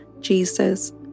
Jesus